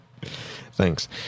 thanks